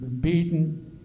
beaten